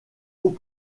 hauts